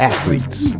Athletes